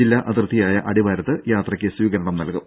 ജില്ലാ അതിർത്തിയായ അടിവാരത്ത് യാത്രക്ക് സ്വീകരണം നൽകും